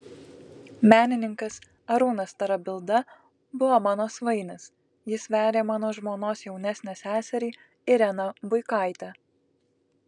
menininkas arūnas tarabilda buvo mano svainis jis vedė mano žmonos jaunesnę seserį ireną buikaitę